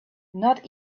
not